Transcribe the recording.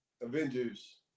Avengers